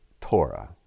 Torah